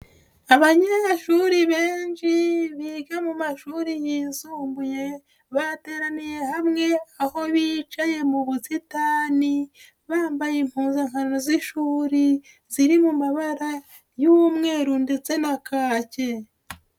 Abanyeshuri benshi biga mu mashuri yisumbuye, bateraniye hamwe aho bicaye mu busitani bambaye impuzankano z'ishuri ziri mu mabara y'umweru ndetse na kaki.